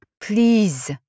Please